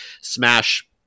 Smash